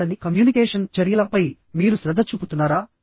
మాట్లాడని కమ్యూనికేషన్ చర్యలపై మీరు శ్రద్ధ చూపుతున్నారా